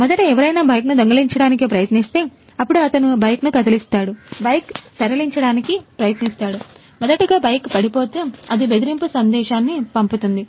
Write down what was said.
మొదట ఎవరైనా బైక్ను దొంగిలించడానికి ప్రయత్నిస్తే అప్పుడు అతను బైక్ను కదిలిస్తాడు బైక్ తరలించడానికి ప్రయత్నిస్తాడు మొదటిగాబైక్ పడిపోతే అది బెదిరింపు సందేశాన్ని పంపుతుంది